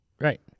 Right